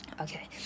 Okay